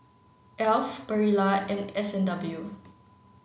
Alf Barilla and S and W